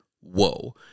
Whoa